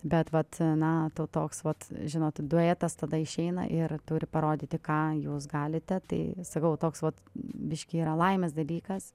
bet vat na to toks vat žinot duetas tada išeina ir turi parodyti ką jūs galite tai sakau toks vat biškį yra laimės dalykas